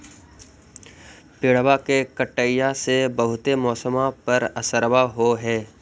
पेड़बा के कटईया से से बहुते मौसमा पर असरबा हो है?